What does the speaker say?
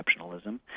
exceptionalism